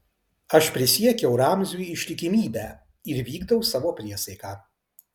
aš prisiekiau ramziui ištikimybę ir vykdau savo priesaiką